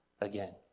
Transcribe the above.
again